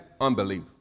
unbelief